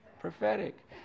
Prophetic